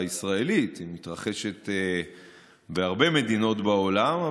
ישראלית: היא מתרחשת בהרבה מדינות בעולם,